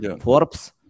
Forbes